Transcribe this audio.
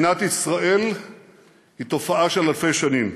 שנאת ישראל היא תופעה של אלפי שנים,